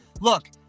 look